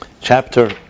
Chapter